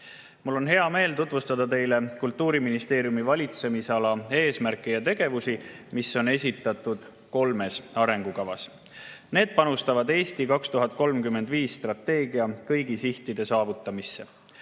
Mul on hea meel tutvustada teile Kultuuriministeeriumi valitsemisala eesmärke ja tegevusi, mis on esitatud kolmes arengukavas. Need panustavad "Eesti 2035" strateegia kõigi sihtide saavutamisse.